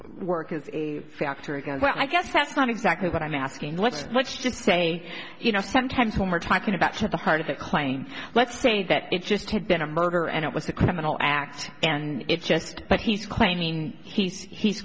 work as a factor again so i guess that's not exactly what i'm asking let's let's just say you know sometimes when we're talking about to the heart of the claim let's say that it just had been a murder and it was a criminal act and it's just that he's claiming he's he's